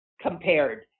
compared